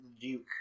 Duke